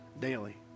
daily